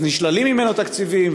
אז נשללים ממנו תקציבים,